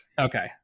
Okay